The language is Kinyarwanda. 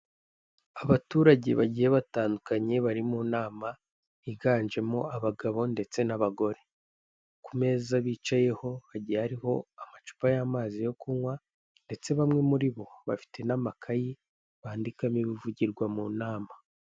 Abaturage bagiye batandukanye bari mu nama, higanjemo abagabo ndetse n'abagore. Ku meza bicayeho hagiye hariho amacupa y'amazi yo kunywa ndetse bamwe muri bo bafite n'amakayi bandikamo ibivugirwa mu nama.